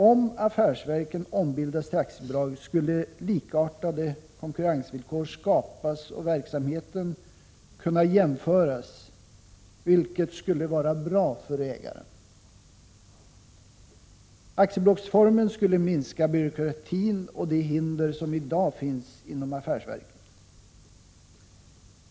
Om affärsverken ombildades till aktiebolag skulle likartade konkurrensvillkor skapas och verksamheten kunna jämföras, vilket skulle vara bra för ägaren. Aktiebolagsformen skulle minska byråkratin och de hinder som i dag finns inom affärsverken.